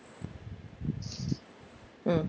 mm